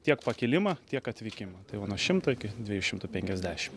tiek pakilimą tiek atvykimą tai va nuo šimto iki dviejų šimtų penkiasdešim